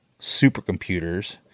supercomputers